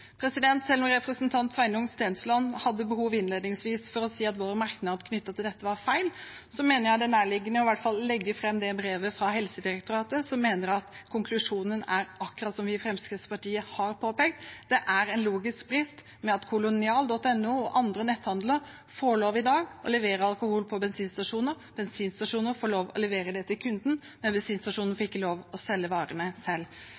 Selv om representanten Sveinung Stensland innledningsvis hadde behov for å si at vår merknad knyttet til dette var feil, mener jeg det er nærliggende i hvert fall å legge fram dette brevet fra Helsedirektoratet, der det går fram at de mener at konklusjonen er akkurat som vi i Fremskrittspartiet har påpekt. Det er en logisk brist at kolonial.no og andre netthandler i dag får lov til å levere alkohol på bensinstasjoner, og at bensinstasjoner får lov til å levere det til kunden,